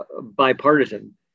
bipartisan